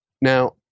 Now